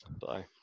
bye